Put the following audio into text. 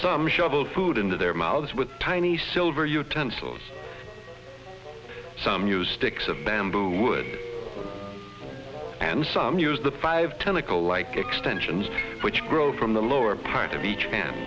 some shovel food into their mouths with tiny silver utensils some use sticks of bamboo wood and some use the five technical like extensions which grow from the lower part of each han